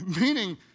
Meaning